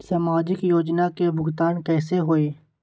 समाजिक योजना के भुगतान कैसे होई?